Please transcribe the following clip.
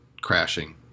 crashing